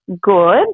good